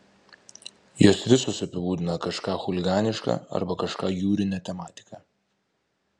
jos visos apibūdina kažką chuliganiška arba kažką jūrine tematika